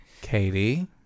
Katie